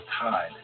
tide